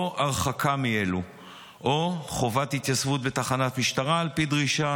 הרחקה מאלה או חובת התייצבות בתחנת משטרה על פי דרישה